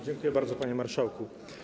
Dziękuję bardzo, panie marszałku.